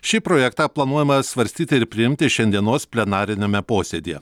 šį projektą planuojama svarstyti ir priimti šiandienos plenariniame posėdyje